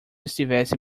estivesse